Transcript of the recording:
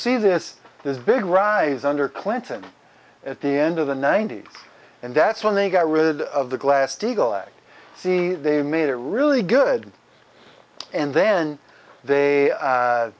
see this this big rise under clinton at the end of the ninety's and that's when they got rid of the glass steagall act see they made a really good and then they a